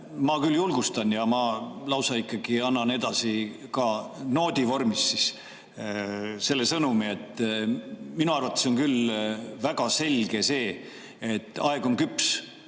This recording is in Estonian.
Ma julgustan ja ikkagi annan edasi ka noodi vormis selle sõnumi, et minu arvates on küll väga selge see, et aeg on küps